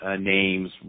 names